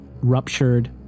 ruptured